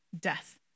Death